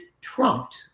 trumped